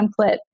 template